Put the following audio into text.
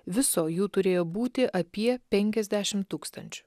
viso jų turėjo būti apie penkiasdešim tūkstančių